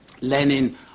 Lenin